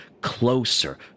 closer